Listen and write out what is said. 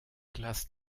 classes